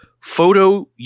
Photo